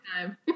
time